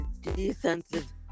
defensive